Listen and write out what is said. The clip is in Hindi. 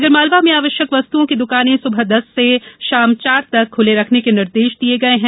आगर मालवा में आवश्यक वस्तुओं की दुकाने सुबह दस बजे से सायं चार बजे तक खूले रखने के निर्देश दिये गये हैं